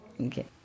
Okay